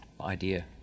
idea